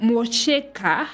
Mocheka